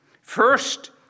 First